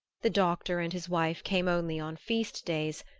the doctor and his wife came only on feast days,